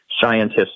scientists